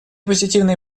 позитивные